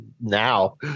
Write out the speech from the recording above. now